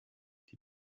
die